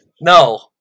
no